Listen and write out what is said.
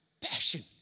Passion